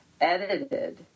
edited